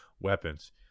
weapons